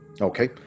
Okay